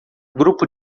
grupo